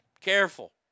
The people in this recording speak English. careful